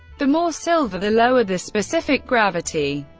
the more silver, the lower the specific gravity.